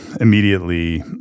immediately